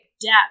depth